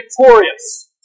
victorious